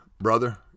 brother